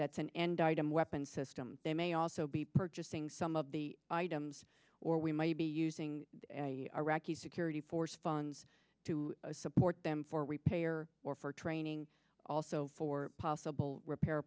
that's an end item weapon system they may also be purchasing some of the items or we might be using iraqi security force funds to support them for repair or for training also for possible repair